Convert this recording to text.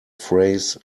phrase